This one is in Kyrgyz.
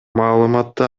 маалыматты